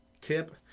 tip